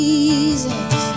Jesus